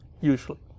usually